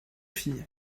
filles